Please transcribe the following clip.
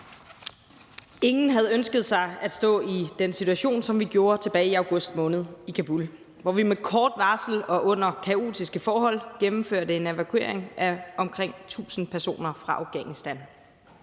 Ingen havde ønsket sig at stå i den situation, som vi stod i tilbage i august måned i Kabul, hvor vi med kort varsel og under kaotiske forhold gennemførte en evakuering af omkring 1.000 personer fra Afghanistan.